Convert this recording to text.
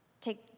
take